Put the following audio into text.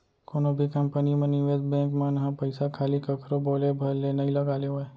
कोनो भी कंपनी म निवेस बेंक मन ह पइसा खाली कखरो बोले भर ले नइ लगा लेवय